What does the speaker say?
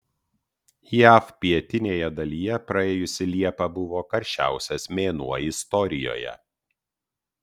jav pietinėje dalyje praėjusi liepa buvo karščiausias mėnuo istorijoje